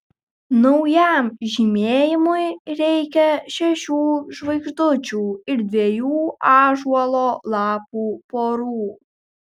naujam žymėjimui reikia šešių žvaigždučių ir dviejų ąžuolo lapų porų